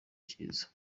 cyiza